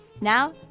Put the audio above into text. Now